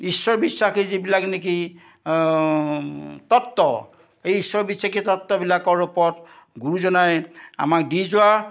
ঈশ্বৰ বিশ্বাসী যিবিলাক নেকি তত্ত্ৱ এই ঈশ্বৰ বিশ্বাসী তত্ত্ৱবিলাকৰ ওপৰত গুৰুজনাই আমাক দি যোৱা